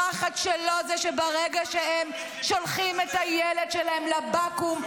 הפחד שלו זה שברגע שהם שולחים את הילד שלהם לבקו"ם,